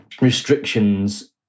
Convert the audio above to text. restrictions